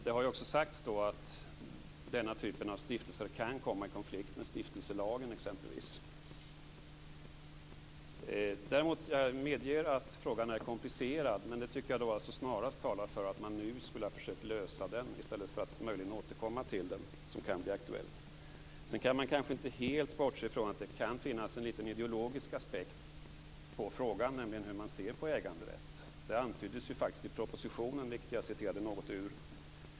Det har också sagts att denna typ av stiftelser kan komma i konflikt med exempelvis stiftelselagen. Jag medger alltså att frågan är komplicerad, men det tycker jag snarast talar för att man skulle ha försökt lösa den nu i stället för att möjligen återkomma till den, vilket kan bli aktuellt. Sedan kan man kanske inte helt bortse från att det kan finnas en liten ideologisk aspekt på frågan, nämligen hur man ser på äganderätt. Det antyddes faktiskt i propositionen, vilken jag citerade något ur.